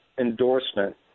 endorsement